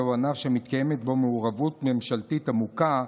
זהו ענף שמתקיימת בו מעורבות ממשלתית עמוקה,